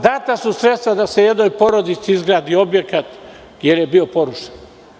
Data su sredstva da se jednoj porodici izgradi objekat, jer je bio porušen.